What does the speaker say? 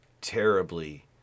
terribly